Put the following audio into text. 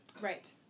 Right